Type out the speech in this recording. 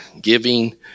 giving